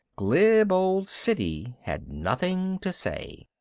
glib old siddy had nothing to say.